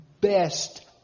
best